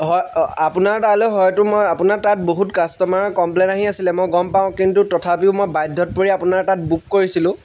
হয় আপোনাৰ তালৈ হয়তো মই আপোনাৰ তাত বহুত কাষ্টমাৰৰ কমপ্লেইন আহি আছিলে মই গম পাওঁ কিন্তু তথাপিও মই বাধ্যত পৰি আপোনাৰ তাত বুক কৰিছিলোঁ